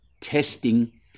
testing